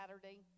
Saturday